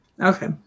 Okay